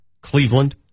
Cleveland